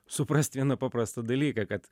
suprast vieną paprastą dalyką kad